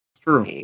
true